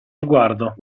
sguardo